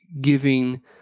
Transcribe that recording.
giving